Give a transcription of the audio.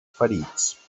ferits